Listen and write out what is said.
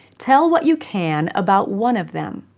tell what you can about one of them.